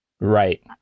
Right